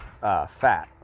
Fat